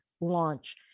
launch